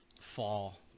fall